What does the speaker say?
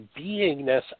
beingness